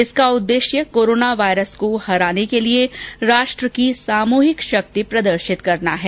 इसका उद्देश्य corona virus को हराने के लिए राष्ट्र की सामूहिक शक्ति प्रदर्शित करना है